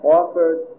offered